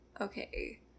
Okay